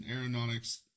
Aeronautics